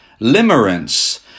limerence